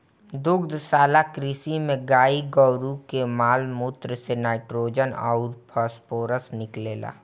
दुग्धशाला कृषि में गाई गोरु के माल मूत्र से नाइट्रोजन अउर फॉस्फोरस निकलेला